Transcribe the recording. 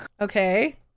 Okay